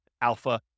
alpha